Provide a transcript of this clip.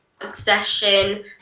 obsession